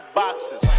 boxes